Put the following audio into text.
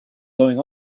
going